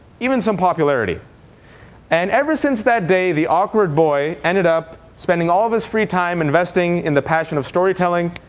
even some popularity and ever since that day, the awkward boy ended up spending all of his free time investing in the passion of storytelling,